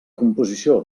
composició